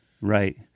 Right